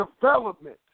development